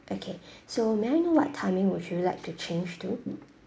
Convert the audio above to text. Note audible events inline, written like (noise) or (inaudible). okay (breath) so may I know what timing would you like to change to